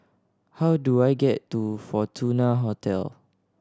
how do I get to Fortuna Hotel